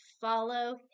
follow